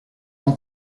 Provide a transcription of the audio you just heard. pan